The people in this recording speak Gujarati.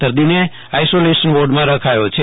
દર્દીને આઈસોલેશન વોર્ડમાં રખાયો છે